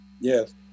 yes